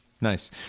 Nice